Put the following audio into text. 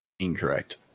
Incorrect